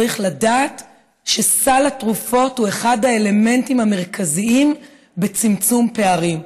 צריך לדעת שסל התרופות הוא אחד האלמנטים המרכזיים בצמצום פערים,